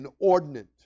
inordinate